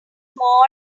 small